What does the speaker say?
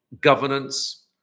governance